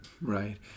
right